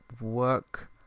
work